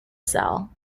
cell